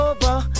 Over